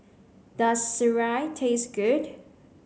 does Sireh taste good